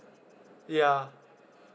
ya